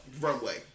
Runway